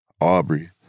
Aubrey